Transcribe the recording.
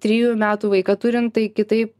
trijų metų vaiką turint tai kitaip